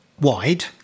wide